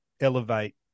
elevate